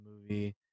movie